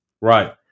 Right